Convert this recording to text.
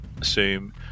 assume